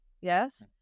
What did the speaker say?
Yes